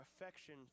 affection